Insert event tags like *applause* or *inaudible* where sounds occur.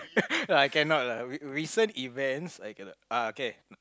*laughs* I cannot lah re~ recent events I cannot ah okay